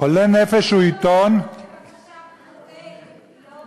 חולה נפש הוא עיתון, לא חולי, פגועי נפש.